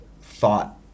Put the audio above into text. thought